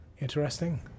interesting